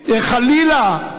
חלילה,